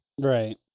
Right